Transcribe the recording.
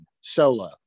solo